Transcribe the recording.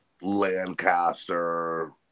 Lancaster